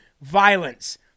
violence